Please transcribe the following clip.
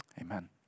Amen